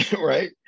right